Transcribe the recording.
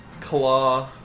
claw